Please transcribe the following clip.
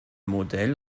modell